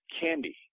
candy